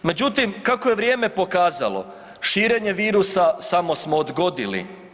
Međutim, kako je vrijeme pokazalo, širenje virusa samo smo odgodili.